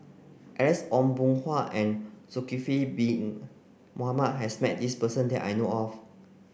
Alex Ong Boon Hau and Zulkifli Bin Mohamed has met this person that I know of